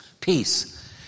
Peace